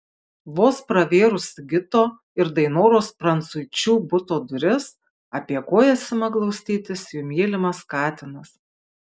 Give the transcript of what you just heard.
vos pravėrus sigito ir dainoros prancuičių buto duris apie kojas ima glaustytis jų mylimas katinas